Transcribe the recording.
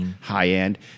high-end